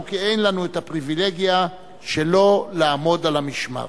כי אין לנו הפריווילגיה שלא לעמוד על המשמר.